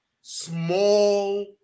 small